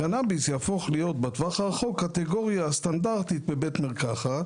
קנביס יהפוך להיות קטגוריה סטנדרטית בבית מרקחת,